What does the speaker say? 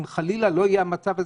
אם חלילה לא יהיה המצב הזה,